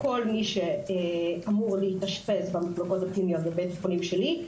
כל מי שאמור להתאשפז במחלקות הפנימיות בבית החולים שלי,